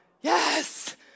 yes